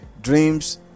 Dreams